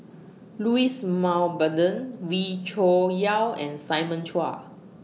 Louis Mountbatten Wee Cho Yaw and Simon Chua